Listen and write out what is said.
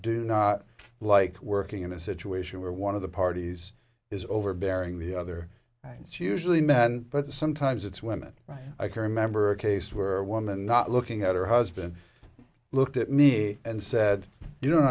do not like working in a situation where one of the parties is overbearing the other things usually men but sometimes it's women right i can remember a case where a woman not looking at her husband looked at me and said you don't